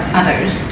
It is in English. others